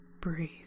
breathe